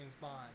Bond